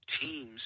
teams